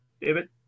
David